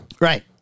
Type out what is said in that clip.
Right